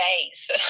days